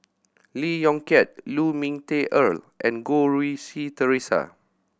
Lee Yong Kiat Lu Ming Teh Earl and Goh Rui Si Theresa